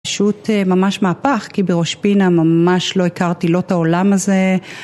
פשוט ממש מהפך, כי בראש פינה ממש לא הכרתי, לא את העולם הזה...